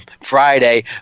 Friday